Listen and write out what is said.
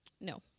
no